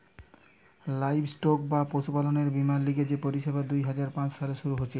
livestock বা পশুপালনের বীমার লিগে যে পরিষেবা দুই হাজার পাঁচ সালে শুরু হিছে